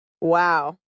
wow